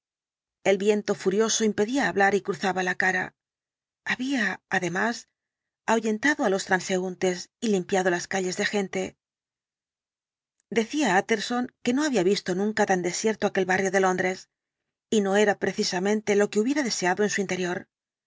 el viento furioso impedía hablar y cruzaba la cara había además ahuyentado á los transeúntes y limpiado las calles de gente decía utterson que no había visto nunca tan desierto aquel barrio de londres y no era precisamente lo que hubiera deseado en su interior